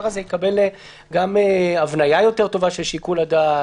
הזה יקבל גם הבניה יותר טובה של שיקול הדעת,